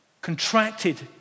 contracted